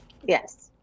Yes